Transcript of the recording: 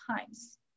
times